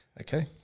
Okay